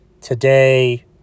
today